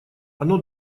оно